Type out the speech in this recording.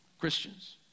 Christians